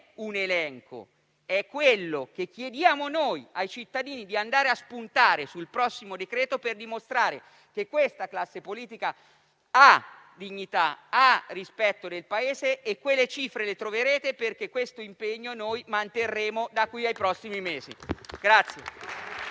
un elenco, ma è quello che noi chiediamo ai cittadini di andare a spuntare sul prossimo decreto-legge per dimostrare che questa classe politica ha dignità e rispetto del Paese. Quelle cifre le troveranno, perché questo impegno noi lo manterremo da qui ai prossimi mesi.